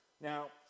Now